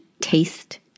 taste